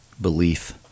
belief